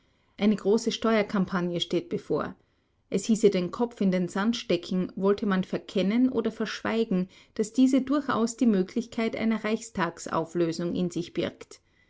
eine große steuerkampagne steht bevor es hieße den kopf in den sand stecken wollte man verkennen oder verschweigen daß diese durchaus die möglichkeit einer reichstagsauflösung in sich birgt